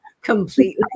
completely